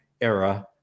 era